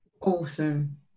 Awesome